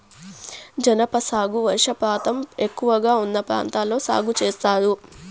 జనప సాగు వర్షపాతం ఎక్కువగా ఉన్న ప్రాంతాల్లో సాగు చేత్తారు